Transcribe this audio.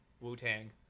wu-tang